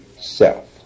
self